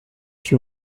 she